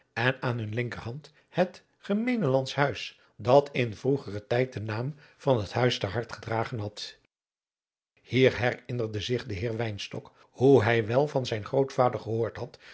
en aan hun linkerhand het gemeenelands huis dat in vroegeren tijd den naam van het huis ter hart gedragen had hier herinnerde zich de heer wynstok hoe hij wel van zijn grootvader gehoord had